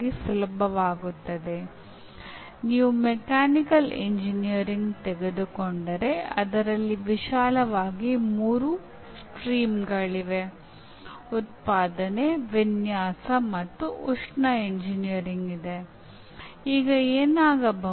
ಬಾಂಧವ್ಯ ಬೆಳಸುವಿಕೆ ಎನ್ನುವುದು ಅವ್ಯವಸ್ಥೆ ನೆಟ್ವರ್ಕ್ ಮತ್ತು ಸಂಕೀರ್ಣತೆ ಮತ್ತು ಸ್ವ ಸಂಘಟನಾ ಸಿದ್ಧಾಂತಗಳಿಂದ ಅನ್ವೇಷಿಸಲ್ಪಟ್ಟ ತತ್ವಗಳ ಏಕೀಕರಣವಾಗಿದೆ